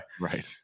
right